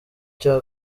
cya